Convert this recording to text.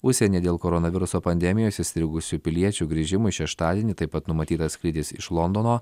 užsieny dėl koronaviruso pandemijos įstrigusių piliečių grįžimui šeštadienį taip pat numatytas skrydis iš londono